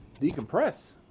decompress